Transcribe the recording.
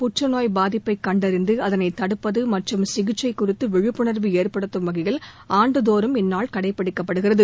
புற்றுநோய் பாதிப்பை கண்டறிந்து அதனை தடுப்பது மற்றும் சிகிச்சை குறித்து விழிப்புணா்வு ஏற்படுத்தும் வகையில் ஆண்டுதோறும் இந்நாள் கடைப்பிடிக்கப்படுகிறது